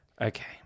Okay